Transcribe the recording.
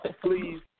please